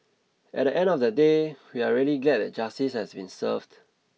at the end of the day we are really glad that justice has been served